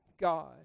God